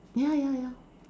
ya ya ya